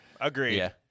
agreed